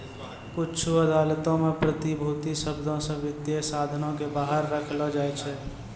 कुछु अदालतो मे प्रतिभूति शब्दो से वित्तीय साधनो के बाहर रखलो जाय छै